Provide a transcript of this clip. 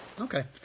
Okay